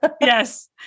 Yes